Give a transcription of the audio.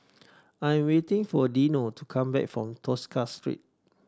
I'm waiting for Dino to come back from Tosca Street